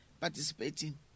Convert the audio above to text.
participating